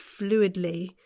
fluidly